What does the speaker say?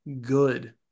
good